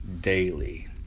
daily